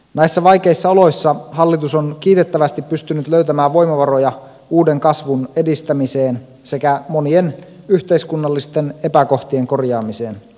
näissä vaikeissa oloissa hallitus on kiitettävästi pystynyt löytämään voimavaroja uuden kasvun edistämiseen sekä monien yhteiskunnallisten epäkohtien korjaamiseen